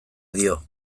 dio